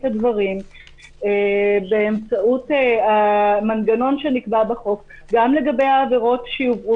הדברים באמצעות המנגנון שנקבע בחוק גם לגבי העבירות שיובאו